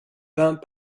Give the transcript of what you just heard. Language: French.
peint